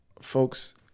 Folks